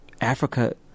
Africa